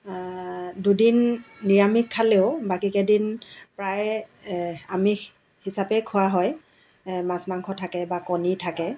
দুদিন নিৰামিষ খালেও বাকীকেইদিন প্ৰায়ে আমিষ হিচাপে খোৱা হয় মাছ মাংস থাকে বা কণী থাকে